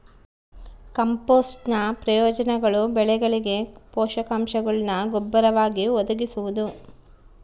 ಕಾಂಪೋಸ್ಟ್ನ ಪ್ರಯೋಜನಗಳು ಬೆಳೆಗಳಿಗೆ ಪೋಷಕಾಂಶಗುಳ್ನ ಗೊಬ್ಬರವಾಗಿ ಒದಗಿಸುವುದು